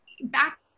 back